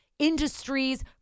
industries